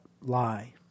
lie